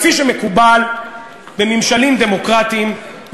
כפי שמקובל בממשלים דמוקרטיים,